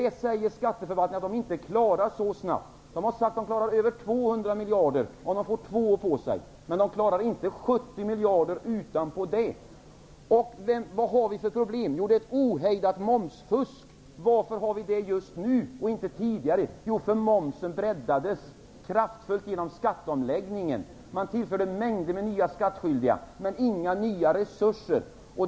Skatteförvaltningen säger att den inte klarar detta så snabbt. Den har sagt att den klarar över 200 miljarder, om den får två år på sig, men inte 70 miljarder utöver detta. Vad är det för ett problem som vi har? Jo, ett ohejdat momsfusk. Varför har vi just nu ett sådant, och varför har vi inte haft det tidigare? Jo, det beror på att momsen kraftfullt breddades genom skatteomläggningen. Man tillförde mängder med nya skattskyldiga, men inga nya resurser.